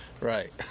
Right